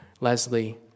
Leslie